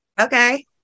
Okay